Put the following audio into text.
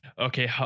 okay